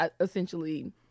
essentially